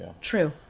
True